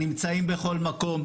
נמצאים בכל מקום.